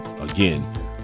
again